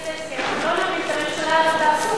אני אעשה הסכם: לא נפיל את הממשלה, אבל תעשו.